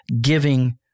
giving